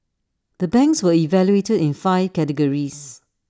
the banks were evaluated in five categories